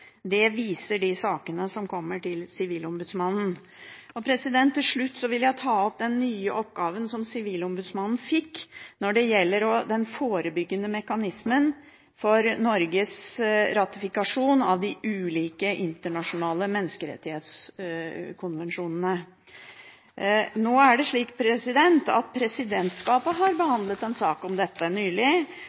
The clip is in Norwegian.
Det viser de sakene som kommer til Sivilombudsmannen. Til slutt vil jeg ta opp den nye oppgaven som Sivilombudsmannen fikk når det gjelder den forebyggende mekanismen for Norges ratifikasjon av de ulike internasjonale menneskerettighetskonvensjonene. Nå er det slik at presidentskapet har behandlet en sak om dette nylig